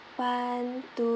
one two